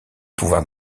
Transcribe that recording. pouvoir